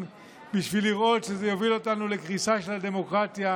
בשביל לראות שזה יוביל אותנו לקריסה של הדמוקרטיה,